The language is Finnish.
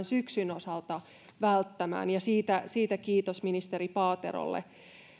syksyn osalta välttämään siitä siitä kiitos ministeri paaterolle